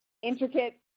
intricate